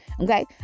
okay